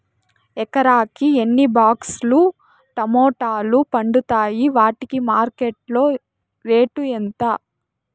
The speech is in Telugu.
ఎకరాకి ఎన్ని బాక్స్ లు టమోటాలు పండుతాయి వాటికి మార్కెట్లో రేటు ఎంత?